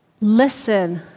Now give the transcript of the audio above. listen